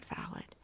valid